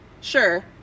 sure